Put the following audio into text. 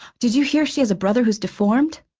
did you hear she has a brother who's deformed?